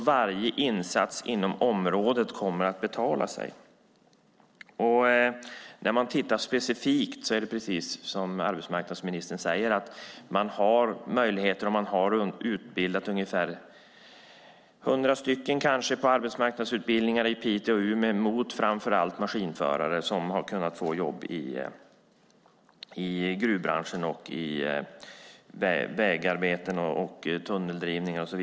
Varje insats inom området kommer att betala sig. Precis som arbetsmarknadsministern säger har ungefär 100 genomgått arbetsmarknadsutbildningar i Piteå och Umeå med inriktning mot framför allt maskinförare. De har fått jobb i gruvbranschen, vid vägarbeten och i tunneldrivning.